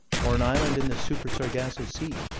or an island in the super-sargasso sea,